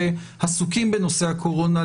שעסוקים בנושא הקורונה,